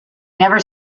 never